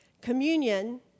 Communion